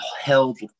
held